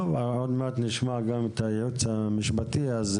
הייעוץ המשפטי של